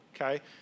okay